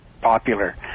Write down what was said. popular